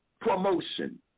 promotion